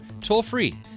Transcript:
toll-free